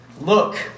look